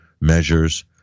measures